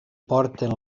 porten